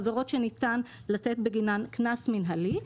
עבירות שניתן לתת בגינן קנס מנהלי,